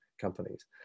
companies